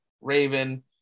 Raven